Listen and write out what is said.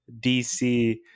DC